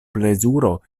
plezuro